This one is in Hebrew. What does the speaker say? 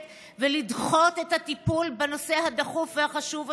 ולדחות את הטיפול בנושא הדחוף והחשוב הזה?